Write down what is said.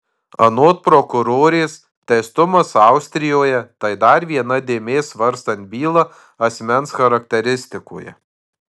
anot prokurorės teistumas austrijoje tai dar viena dėmė svarstant bylą asmens charakteristikoje